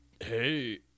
Hey